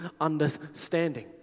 understanding